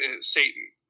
Satan